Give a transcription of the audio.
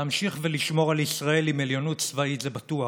להמשיך לשמור על ישראל עם עליונות צבאית, זה בטוח,